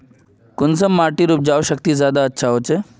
कुंसम माटिर उपजाऊ शक्ति ज्यादा अच्छा होचए?